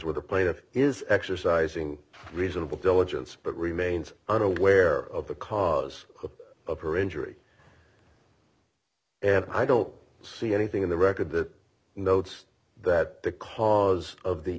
where the plaintiff is exercising reasonable diligence but remains unaware of the cause of her injury i don't see anything in the record that notes that the cause of the